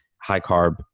high-carb